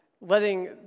letting